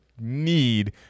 need